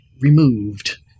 removed